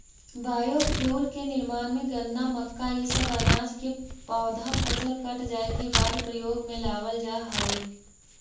biofuel के निर्माण में गन्ना, मक्का इ सब अनाज के पौधा फसल कट जाए के बाद प्रयोग में लावल जा हई